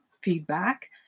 feedback